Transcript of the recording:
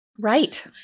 Right